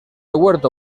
huerto